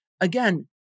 Again